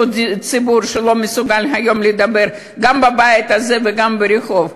ציבור שלא מסוגל היום לדבר גם בבית הזה וגם ברחוב.